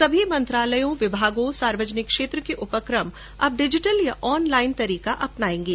सभी मंत्रालयों विभागों सार्वजनिक क्षेत्र के उपक्रम अब डिजिटल या ऑनलाइन तरीका अपनाएंगे